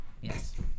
Yes